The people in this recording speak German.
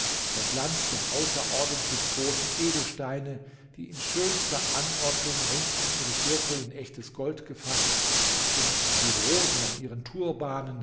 der glanz der außerordentlich großen edelsteine die in schönster anordnung rings um ihre gürtel in echtes gold gefaßt und die rosen an ihren turbanen